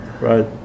right